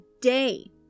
day